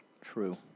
True